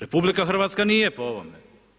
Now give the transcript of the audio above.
RH nije po ovome.